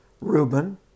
Reuben